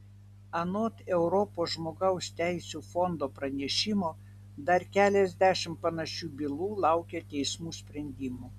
anot europos žmogaus teisių fondo pranešimo dar keliasdešimt panašių bylų laukia teismų sprendimų